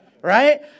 right